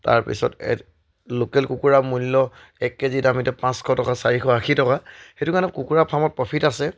তাৰপিছত লোকেল কুকুৰা মূল্য এক কেজি দাম এতিয়া পাঁচশ টকা চাৰিশ আশী টকা সেইটো কাৰণে কুকুৰা ফাৰ্মত প্ৰফিট আছে